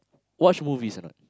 watch movies or not